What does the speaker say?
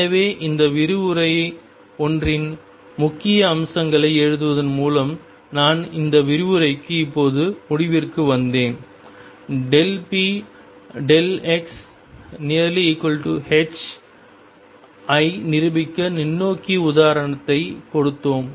எனவே இந்த விரிவுரை ஒன்றின் முக்கிய அம்சங்களை எழுதுவதன் மூலம் நான் இந்த விரிவுரைக்கு இப்போது முடிவிற்கு வந்தேன் px∼h ஐ நிரூபிக்க நுண்ணோக்கி உதாரணத்தை கொடுத்தோம்